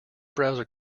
browser